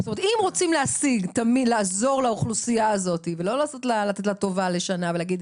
אם רוצים לעזור לאוכלוסייה הזאת ולא לתת לה טובה לשנה ולהגיד,